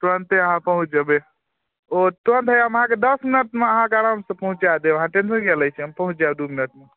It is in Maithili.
तुरन्ते आहाँ पहुँच जेबै ओ तुरन्त हैआ हम अहाँके दस मिनटमे अहाँके आरामसँ पहुँचाय देब अहाँ टेन्शन किआ लै छी हम पहुँच जायब दू मिनटमे